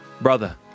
Brother